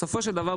בסופו של דבר,